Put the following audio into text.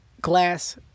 glass